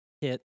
hit